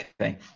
Okay